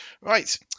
Right